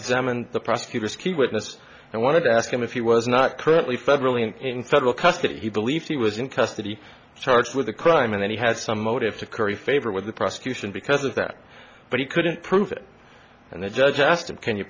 examine the prosecutor's key witness and wanted to ask him if he was not currently federally and in federal custody he believed he was in custody charged with a crime and he had some motive to curry favor with the prosecution because of that but he couldn't prove it and the judge asked him can you